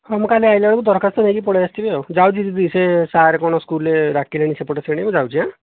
ହଉ ମୁଁ କାଲି ଆସିଲା ବେଳକୁ ଦରଖାସ୍ତ ନେଇକି ପଳାଇଆସିଥିବି ଆଉ ଯାଉଛି ଦିଦି ସେ ସାରେ କ'ଣ ସ୍କୁଲରେ ଡାକିଲେଣି ସେପଟେ ଶ୍ରେଣୀକୁ ଯାଉଛି ଆଁ